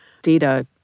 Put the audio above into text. data